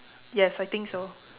yes I think so